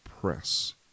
press